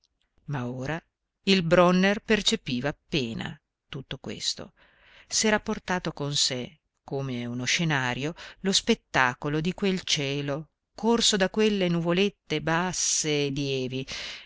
ma ora il bronner percepiva appena tutto questo s'era portato con sé come uno scenario lo spettacolo di quel cielo corso da quelle nuvolette basse e lievi